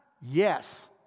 yes